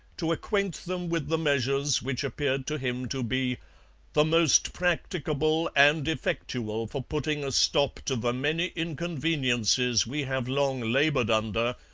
to acquaint them with the measures which appeared to him to be the most practicable and effectual for putting a stop to the many inconveniences we have long laboured under,